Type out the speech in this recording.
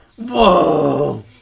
Whoa